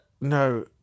No